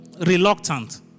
reluctant